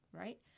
right